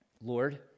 Lord